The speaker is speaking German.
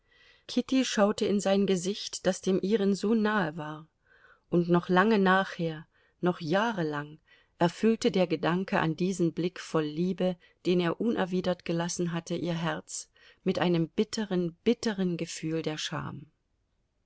kitty schaute in sein gesicht das dem ihren so nahe war und noch lange nachher noch jahrelang erfüllte der gedanke an diesen blick voll liebe den er unerwidert gelassen hatte ihr herz mit einem bitteren bitteren gefühl der scham